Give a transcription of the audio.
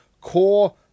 core